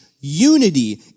unity